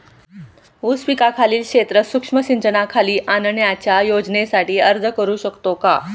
ऊस पिकाखालील क्षेत्र सूक्ष्म सिंचनाखाली आणण्याच्या योजनेसाठी अर्ज करू शकतो का?